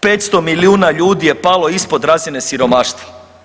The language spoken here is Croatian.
500 milijuna ljudi je palo ispod razine siromaštva.